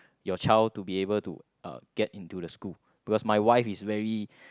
your child to be able to uh get into the school because my wife is very